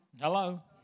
Hello